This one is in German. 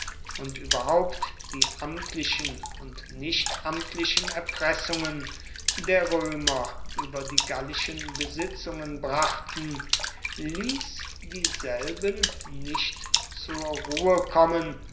und überhaupt die amtlichen und nichtamtlichen erpressungen der römer über die gallischen besitzungen brachten ließ dieselben nicht zur ruhe kommen